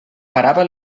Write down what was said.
parava